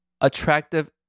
attractive